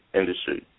industry